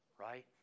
right